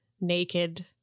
naked